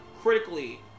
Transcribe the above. critically